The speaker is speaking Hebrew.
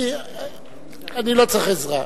אני לא צריך עזרה.